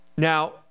Now